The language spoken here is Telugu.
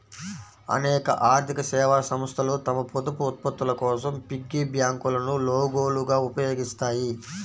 అనేక ఆర్థిక సేవా సంస్థలు తమ పొదుపు ఉత్పత్తుల కోసం పిగ్గీ బ్యాంకులను లోగోలుగా ఉపయోగిస్తాయి